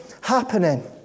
happening